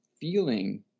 feeling